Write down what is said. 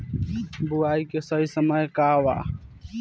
बुआई के सही समय का वा?